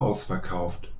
ausverkauft